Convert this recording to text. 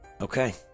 Okay